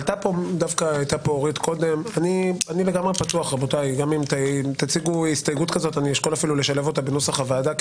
אני אשקול לשלב אותה בנוסח הוועדה.